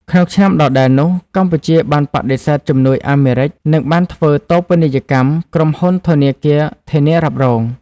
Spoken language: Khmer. ក្នុងឆ្នាំដដែលនោះ កម្ពុជាបានបដិសេធជំនួយអាមេរិក និងបានធ្វើ តូបនីយកម្ម ក្រុមហ៊ុនធនាគារធានារ៉ាប់រង។